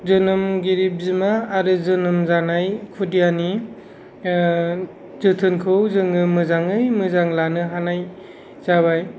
जोनोमगिरि बिमा आरो जोनोम जानाय खुदियानि जोथोनखौ जोङो मोजाङै मोजां लानो हानाय जाबाय